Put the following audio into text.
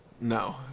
No